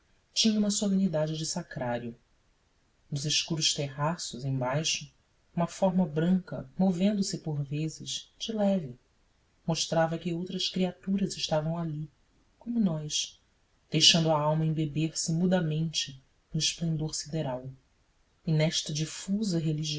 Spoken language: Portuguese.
tinha uma solenidade de sacrário nos escuros terraços embaixo uma forma branca movendo-se por vezes de leve mostrava que outras criaturas estavam ali como nós deixando a alma embeber-se mudamente no esplendor sideral e nesta difusa